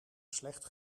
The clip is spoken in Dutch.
slecht